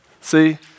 See